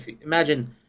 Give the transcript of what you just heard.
imagine